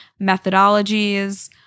methodologies